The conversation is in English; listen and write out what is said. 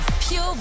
Pure